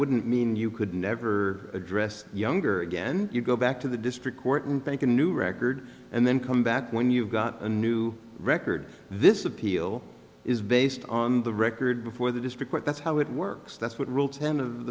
wouldn't mean you could never address younger again you go back to the district court and think a new record and then come back when you've got a new record this appeal is based on the record before this because that's how it works that's what rule ten of